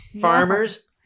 Farmers